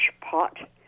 pot